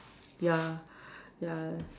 ya ya